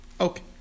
Okay